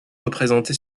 représentée